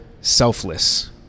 selfless